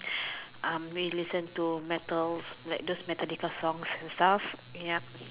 um we listen to metals like those Metallica songs and stuff yup